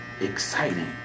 exciting